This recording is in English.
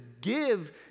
give